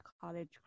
College